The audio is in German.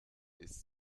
ist